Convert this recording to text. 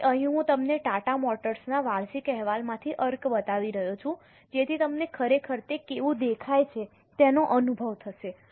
હવે અહીં હું તમને ટાટા મોટર્સના વાર્ષિક અહેવાલમાંથી અર્ક બતાવી રહ્યો છું જેથી તમને ખરેખર તે કેવું દેખાય છે તેનો અનુભવ થશે